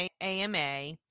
AMA